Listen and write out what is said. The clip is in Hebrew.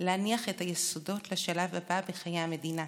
להניח את היסודות לשלב הבא בחיי המדינה,